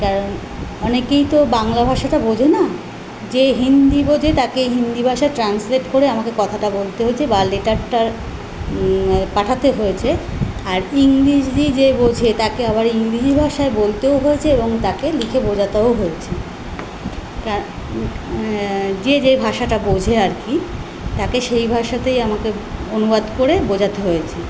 কারণ অনেকেই তো বাংলা ভাষাটা বোঝেন না যে হিন্দি বোঝে তাকে হিন্দি ভাষা ট্রান্সলেট করে আমাকে কথাটা বলতে হয়েছে বা লেটারটার পাঠাতে হয়েছে আর ইংরিজি যে বোঝে তাকে আবার ইংরিজি ভাষায় বলতেও হয়েছে এবং তাকে লিখে বোঝাতেও হয়েছে যে যে ভাষাটা বোঝে আর কি তাকে সেই ভাষাতেই আমাকে অনুবাদ করে বোঝাতে হয়েছে